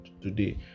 today